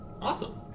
Awesome